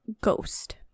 ghost